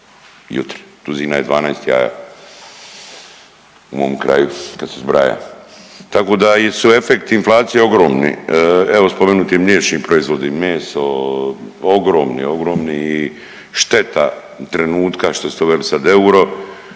ujutro, duzina je 12 jaja u mom kraju kad se zbraja. Tako da su efekti inflacije ogromni, evo, spomenuti mliječni proizvodi, meso, ogromni, ogromni i šteta trenutka što ste uveli sad euro,